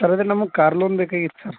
sir ಅದು ನಮಗೆ car loan ಬೇಕಾಗಿತ್ತು ಸರ್